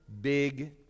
big